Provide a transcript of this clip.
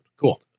Cool